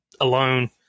alone